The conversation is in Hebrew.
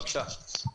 בבקשה.